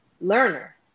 learner